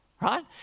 right